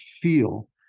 feel